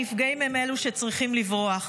הנפגעים הם אלו שצריכים לברוח.